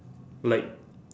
like